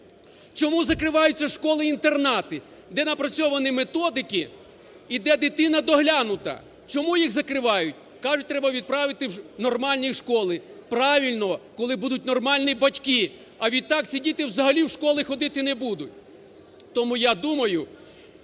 Чому закриваються школи-інтернати, де напрацьовані методики і де дитина доглянута. Чому їх закривають? Кажуть, треба відправити в нормальні школи. Правильно, коли будуть нормальні батьки. А відтак, ці діти взагалі в школи ходити не будуть. Тому я думаю,